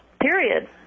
period